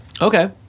okay